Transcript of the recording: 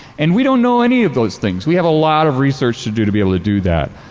and we don't know any of those things, we have a lot of research to do to be able to do that.